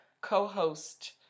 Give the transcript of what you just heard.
co-host